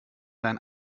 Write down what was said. deinen